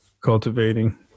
cultivating